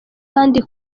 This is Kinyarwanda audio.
kandi